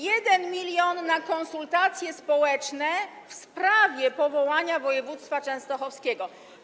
1 mln na konsultacje społeczne w sprawie powołania województwa częstochowskiego.